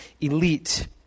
elite